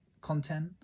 content